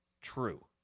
true